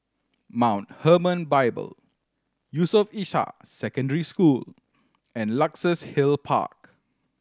Mount Hermon Bible Yusof Ishak Secondary School and Luxus Hill Park